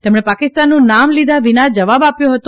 તેમણે પાકિસ્તાનનું નામ લીધા વિના જવાબ આપ્યો હતો